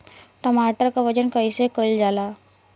टमाटर क वजन कईसे कईल जाला?